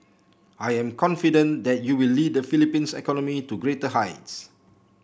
I am confident that you will lead the Philippines economy to greater heights